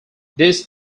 this